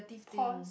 pause